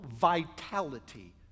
vitality